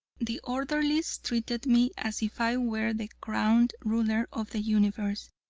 the orderlies treated me as if i were the crowned ruler of the universe,